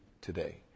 today